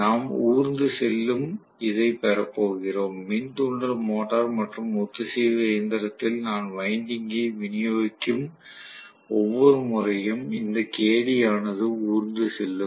நாம் ஊர்ந்து செல்லும் இதை பெற போகிறோம் மின் தூண்டல் மோட்டார் மற்றும் ஒத்திசைவு இயந்திரத்தில் நான் வைண்டிங்கை விநியோகிக்கும் ஒவ்வொரு முறையும் இந்த Kd ஆனது ஊர்ந்து செல்லும்